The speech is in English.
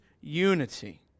unity